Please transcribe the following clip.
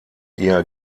eher